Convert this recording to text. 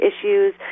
issues